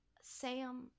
Sam